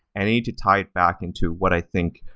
i need to tie it back in to what i think,